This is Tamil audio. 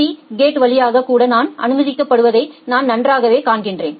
பி கேட்ஸ் வழியாக கூட நான் அனுமதிக்கப்படுவதை நான் நன்றாகக் காண்கிறேன்